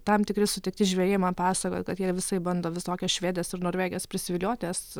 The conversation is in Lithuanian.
tam tikri sutikti žvejai man pasakojo kad jie visaip bando visokias švedes ir norveges prisiviliot nes